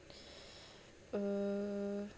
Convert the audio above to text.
err